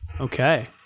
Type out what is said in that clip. Okay